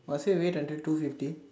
must we wait until two fifty